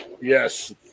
Yes